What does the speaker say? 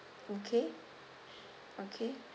okay okay